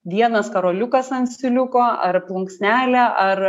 vienas karoliukas ant siūliuko ar plunksnelė ar